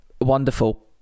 wonderful